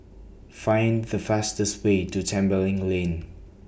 Find The fastest Way to Tembeling Lane